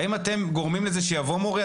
האם אתם גורמים לזה שיבוא מורה,